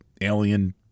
alien